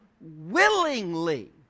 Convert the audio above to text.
willingly